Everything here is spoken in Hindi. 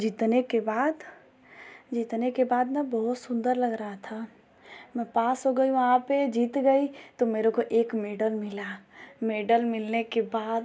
जीतने के बाद जीतने के बाद न बहुत सुंदर लग रहा था मैं पास हो गई वहाँ पर जीत गई तो मेरे को एक मेडल मिला मेडल मिलने के बाद